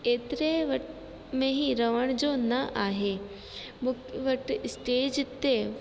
एतिरे वटि में ई रहण जो न आहे मूंखे वट स्टेज ते